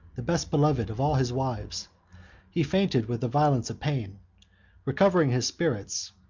the best beloved of all his wives he fainted with the violence of pain recovering his spirits,